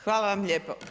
Hvala vam lijepo.